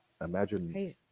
imagine